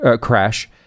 crash